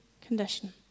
condition